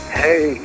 hey